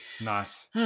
nice